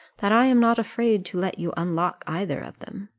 that i am not afraid to let you unlock either of them.